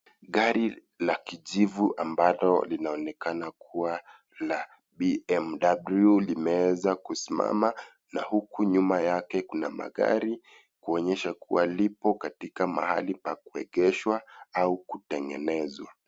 Gari la kijivu ambalo linaonekana kuwa la BMW limewezakusimama na huku nyuma yake kuna magari kuonyesha kuwa lipo katika mahali pakuegeshwa au kutengenezwa.